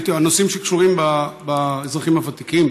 הנושאים שקשורים באזרחים הוותיקים,